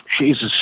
Jesus